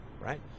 right